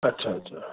अच्छा अच्छा